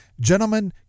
gentlemen